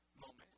moment